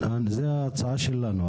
זו ההצעה שלנו.